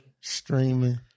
Streaming